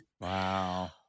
Wow